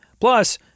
Plus